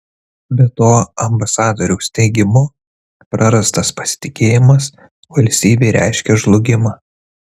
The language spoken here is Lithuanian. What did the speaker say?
be to ambasadoriaus teigimu prarastas pasitikėjimas valstybei reiškia žlugimą